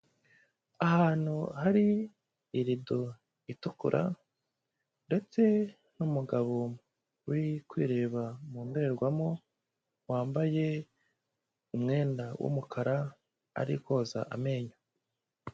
Ahantu hari irido itukura ndetse n'umugabo uri kwireba mu ndorerwamo, wambaye umwenda w'umukara ari koza amenyo.